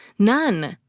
none!